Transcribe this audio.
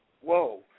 Whoa